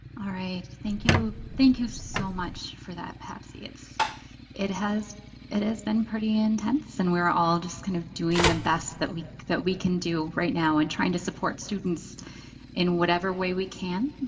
all right, thank you, thank you so much for that patsy. it has it has been pretty intense and we are all just kind of doing the best that we that we can do right now. and trying to support students in whatever way we can.